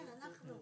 כן, אנחנו.